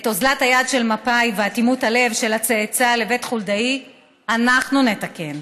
את אוזלת היד של מפא"י ואטימות הלב של הצאצא לבית חולדאי אנחנו נתקן.